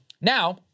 Now